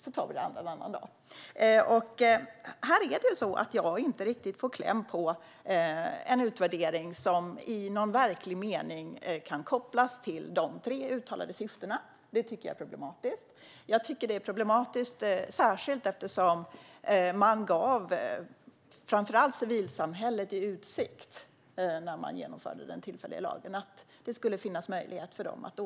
Det andra tar vi en annan dag. Jag får inte riktigt kläm på någon utvärdering som i verklig mening kan kopplas till de tre uttalade syftena. Det tycker jag är problematiskt. Jag tycker att det är särskilt problematiskt eftersom man när man genomförde den tillfälliga lagen ställde i utsikt - framför allt gentemot civilsamhället - att det skulle finnas möjlighet till återkoppling.